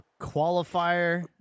qualifier